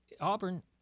Auburn